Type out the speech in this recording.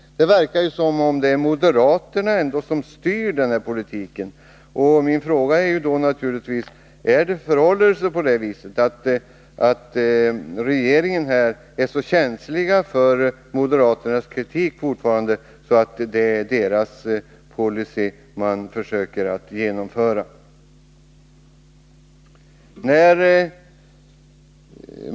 Det verkar som om det är moderaterna som styr denna politik. Min fråga blir naturligtvis: Är regeringen fortfarande så känslig för moderaternas kritik, att den försöker genomföra deras policy?